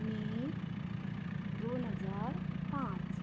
मे दोन हजार पांच